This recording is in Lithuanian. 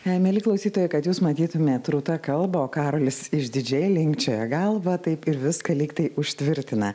mieli klausytojai kad jūs matytumėt rūta kalba o karolis išdidžiai linkčioja galvą taip ir viską lygtai užtvirtina